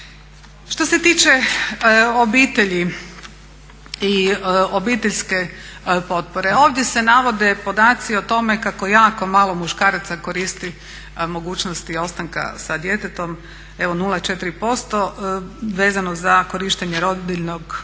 Što se tiče obitelji i obiteljske potpore, ovdje se navode podaci o tome kako jako malo muškaraca koristi mogućnosti ostanka sa djetetom, evo 0,4% vezano za korištenje rodiljnog dopusta